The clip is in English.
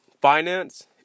finance